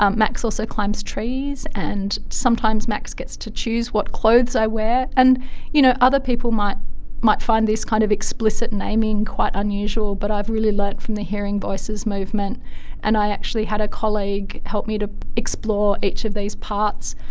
um max also climbs trees and sometimes max gets to choose what clothes i wear. and you know other people might might find this kind of explicit naming quite unusual but i've really learnt from the hearing voices movement and i actually had a colleague help me to explore each of these parts.